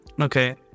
Okay